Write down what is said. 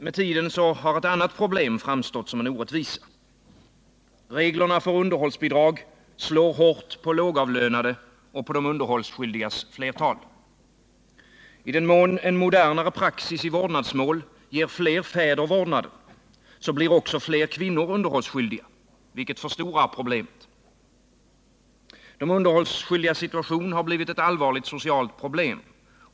Med tiden har ett annat förhållande framstått som en orättvisa. Reglerna för underhållsbidrag slår hårt på lågavlönade och på de underhållsskyldigas flertal. I den mån en modernare praxis i vårdnadsmål ger fler fäder vårdnaden, blir också fler kvinnor underhållsskyldiga — vilket förstorar problemet. De underhållsskyldigas situation har blivit ett allvarligt socialt problem.